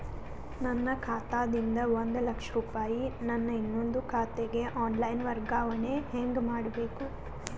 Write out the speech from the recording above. ನನ್ನ ಖಾತಾ ದಿಂದ ಒಂದ ಲಕ್ಷ ರೂಪಾಯಿ ನನ್ನ ಇನ್ನೊಂದು ಖಾತೆಗೆ ಆನ್ ಲೈನ್ ವರ್ಗಾವಣೆ ಹೆಂಗ ಮಾಡಬೇಕು?